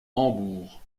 hambourg